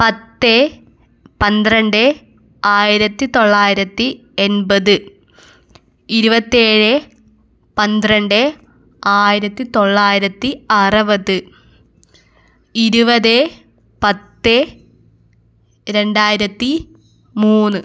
പത്ത് പന്ത്രണ്ട് ആയിരത്തി തൊള്ളായിരത്തി എൺപത് ഇരുപത്തേഴ് പന്ത്രണ്ട് ആയിരത്തി തൊള്ളായിരത്തി അറുപത് ഇരുപത് പത്ത് രണ്ടായിരത്തി മൂന്ന്